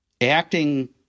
acting